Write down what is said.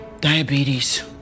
Diabetes